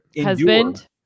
Husband